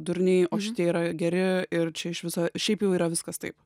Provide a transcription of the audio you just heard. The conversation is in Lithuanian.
durniai o šitie yra geri ir čia iš viso šiaip jau yra viskas taip